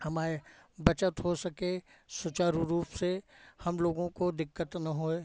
हमारे बचत हो सके सुचारू रूप से हम लोगों को दिक्कत ना होए